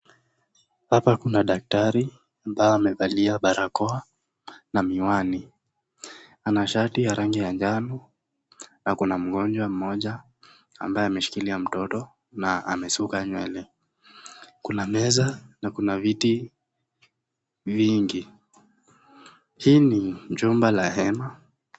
Hapa kuna daktari ambaye amevalia barakoa na miwani. Ana shati ya rangi ya njano na kuna mgonjwa mmoja ambaye ameshikilia mtoto na amesuka nywele. Kuna meza na kuna viti vingi. Hii ni jumba la hema.